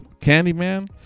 Candyman